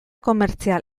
komertzial